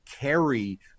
carry